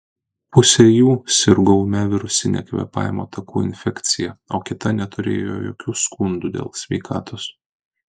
pusė jų sirgo ūmia virusine kvėpavimo takų infekcija o kita neturėjo jokių skundų dėl sveikatos